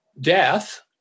death